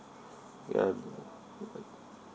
ya